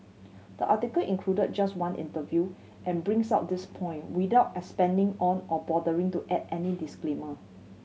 the article included just one interview and brings out this point without expanding on or bothering to add any disclaimer